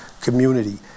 community